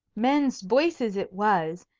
men's voices it was,